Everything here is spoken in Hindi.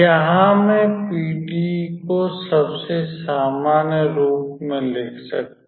यहाँ मैं पीडीई को सबसे सामान्य रूप में लिख सकता हूं